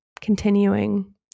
continuing